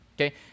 Okay